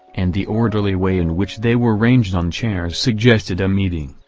and the orderly way in which they were ranged on chairs suggested a meeting.